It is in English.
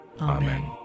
Amen